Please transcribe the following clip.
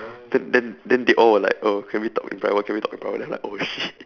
then then then they all were like oh can we talk in private can we talk in private then like oh shit